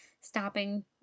stopping